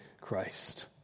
Christ